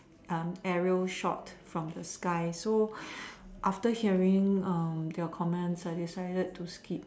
area shot from the sky so after hearing their comments I decided to skip